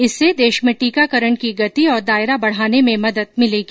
इससे देश में टीकाकरण की गति और दायरा बढाने में मदद मिलेगी